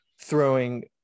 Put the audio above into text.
throwing